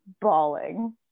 bawling